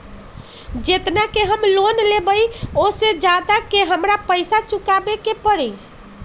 जेतना के हम लोन लेबई ओ से ज्यादा के हमरा पैसा चुकाबे के परी?